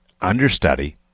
understudy